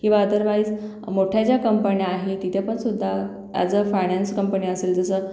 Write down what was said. किंवा अदरवाईज मोठ्या ज्या कंपण्या आहे तिथेपण सुद्धा अॅज अ फायणॅन्स कंपनी असेल जसं